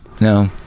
no